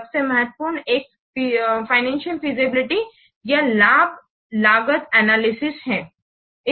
सबसे महत्वपूर्ण एक फाइनेंसियल फिजिबिलिटी या लागत लाभ एनालिसिस है